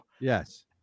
Yes